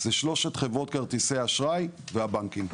זה שלושת חברות כרטיסי האשראי והבנקים.